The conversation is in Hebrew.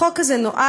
החוק הזה נועד